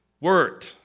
word